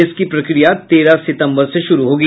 इसकी प्रक्रिया तेरह सितंबर से शुरू होगी